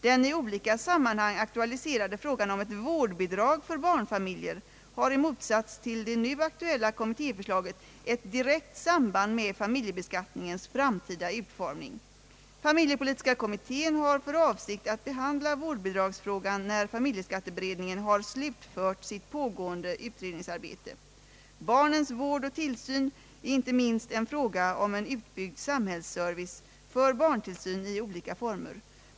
Den i olika sammanhang aktualiserade frågan om ett vårdbidrag för barnfamiljer har i motsats till det nu aktuella kommittéförslaget ett direkt samband med = familjebeskattningens framtida utformning. Familjepolitiska kommittén har för avsikt att behandla vårdbidragsfrågan när familjeskatteberedningen har slutfört sitt pågående utredningsarbete. Barnens vård och tillsyn är inte minst en fråga om en utbyggd samhällsservice för barntillsyn i olika former.